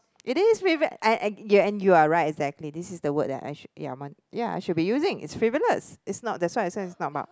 it is feedback and you are right exactly this is the word I should ya ya I should be using it's frivolous it's not that's what I say it's not about